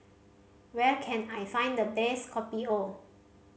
where can I find the best Kopi O